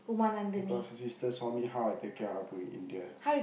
because the sister saw me how I take care of Appu in India